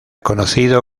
conocido